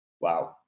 Wow